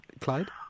Clyde